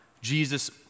Jesus